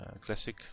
classic